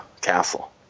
Castle